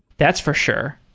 that's for sure.